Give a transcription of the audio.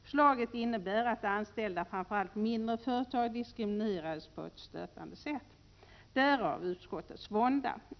Förslaget innebär att anställda på framför allt mindre företag diskrimineras på ett stötande sätt — därav utskottets vånda.